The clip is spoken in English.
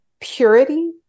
purity